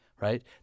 right